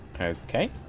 Okay